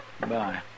Goodbye